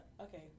okay